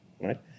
right